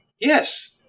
Yes